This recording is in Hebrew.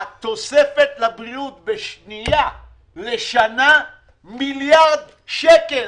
התוספת לבריאות תהיה מיליארד שקל לשנה.